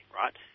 right